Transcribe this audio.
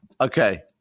Okay